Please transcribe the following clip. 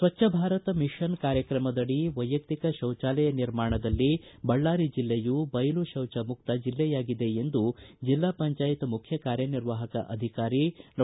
ಸ್ವಚ್ದ Bharat mission ಕಾರ್ಯಕ್ರಮದಡಿ ವೈಯಕ್ತಿಕ ಶೌಚಾಲಯ ನಿರ್ಮಾಣದಲ್ಲಿ ಬಳ್ಳಾರಿ ಜಿಲ್ಲೆಯು ಬಯಲು ಶೌಚ ಮುಕ್ತ ಬೆಲ್ಲೆಯಾಗಿದೆ ಎಂದು ಜಿಲ್ಲಾ ಪಂಚಾಯತ್ ಮುಖ್ಯ ಕಾರ್ಯನಿರ್ವಾಹಕ ಅಧಿಕಾರಿ ಡಾ